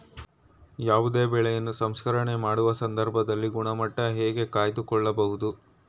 ಯಾವುದೇ ಬೆಳೆಯನ್ನು ಸಂಸ್ಕರಣೆ ಮಾಡುವ ಸಂದರ್ಭದಲ್ಲಿ ಗುಣಮಟ್ಟ ಹೇಗೆ ಕಾಯ್ದು ಕೊಳ್ಳಬಹುದು?